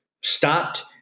stopped